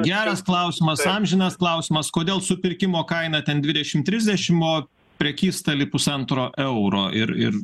geras klausimas amžinas klausimas kodėl supirkimo kaina ten dvidešim trisdešim o prekystaly pusantro euro ir ir